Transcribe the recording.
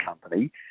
company